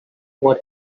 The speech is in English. what